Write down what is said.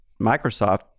Microsoft